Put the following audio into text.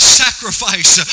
sacrifice